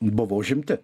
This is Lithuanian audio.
buvo užimti